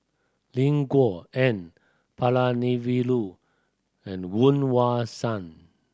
Lin Gao N Palanivelu and Woon Wah Siang